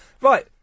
Right